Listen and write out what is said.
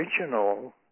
original